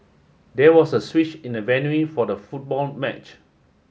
there was a switch in the venue for the football match